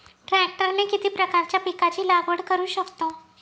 ट्रॅक्टरने किती प्रकारच्या पिकाची लागवड करु शकतो?